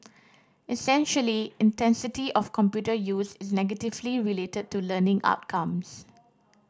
essentially intensity of computer use is negatively related to learning outcomes